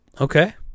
Okay